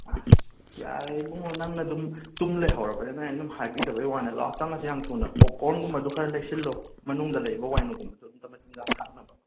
ꯑꯁ ꯌꯥꯔꯦ ꯏꯕꯨꯡꯉꯣ ꯅꯪꯅ ꯑꯗꯨꯝ ꯇꯨꯝꯅ ꯂꯩꯍꯧꯔꯕꯅꯤꯅ ꯑꯩꯅ ꯑꯗꯨꯝ ꯍꯥꯏꯕꯤꯗꯕꯩ ꯋꯥꯅꯦ ꯂꯥꯛꯑꯣ ꯆꯪꯂꯁꯦ ꯌꯥꯝꯅ ꯊꯨꯅ ꯄꯣꯞ ꯀꯣꯔꯟꯒꯨꯝꯕꯗꯣ ꯈꯔ ꯂꯩꯁꯤꯜꯂꯣ ꯃꯅꯨꯡꯗ ꯂꯩꯕ ꯋꯥꯏꯅꯨꯒꯨꯝꯕꯗꯣ ꯑꯝꯇ ꯃꯆꯤꯟꯖꯥꯛ ꯊꯥꯛꯅꯕ